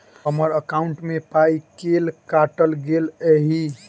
हम्मर एकॉउन्ट मे पाई केल काटल गेल एहि